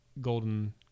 golden